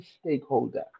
stakeholder